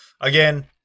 again